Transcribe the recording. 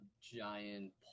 giant